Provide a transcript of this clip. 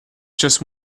just